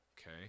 Okay